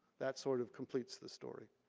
that sort of completes the story.